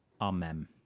Amen